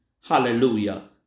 Hallelujah